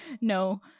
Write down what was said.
No